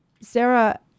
Sarah